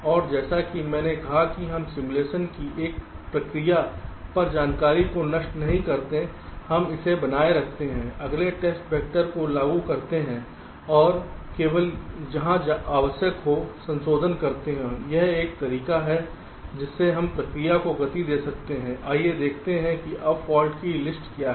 और जैसा कि मैंने कहा कि हम सिमुलेशन की एक प्रक्रिया पर जानकारी को नष्ट नहीं करते हैं हम इसे बनाए रखते हैं अगले टेस्ट वेक्टर को लागू करते हैं और केवल जहां आवश्यक हो संशोधन करते हैं यह एक तरीका है जिससे हम प्रक्रिया को गति दे सकते हैं आइए देखते हैं कि अब फॉल्ट की लिस्ट क्या है